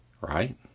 right